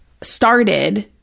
started